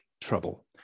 trouble